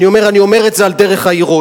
אני אומר שאני אומר את זה על דרך האירוניה.